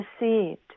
received